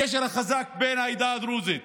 הקשר החזק בין העדה הדרוזית